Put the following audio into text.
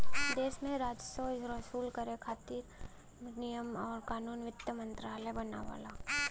देश में राजस्व वसूल करे खातिर नियम आउर कानून वित्त मंत्रालय बनावला